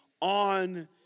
on